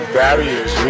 barriers